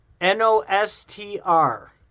N-O-S-T-R